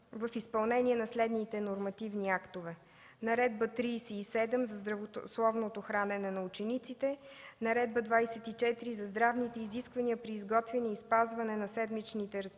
в изпълнение на следните нормативни актове: Наредба № 37 за здравословното хранене на учениците; Наредба № 24 за здравните изисквания при изготвяне и спазване на седмичните разписания